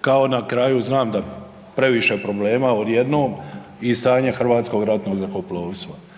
kao na kraju, zna da previše problema odjednom, i stanje Hrvatskog ratnog zrakoplovstva.